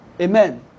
Amen